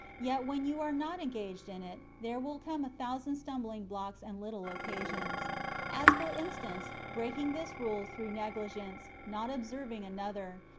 yet when you are not engaged in it, there will come a thousand stumbling-blocks and little occasions as, for instance, breaking this rule through negligence, not observing another,